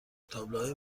تابلوهای